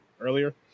earlier